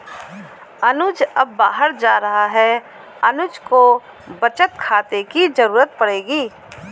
अनुज अब बाहर जा रहा है अनुज को बचत खाते की जरूरत पड़ेगी